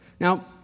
Now